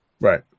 Right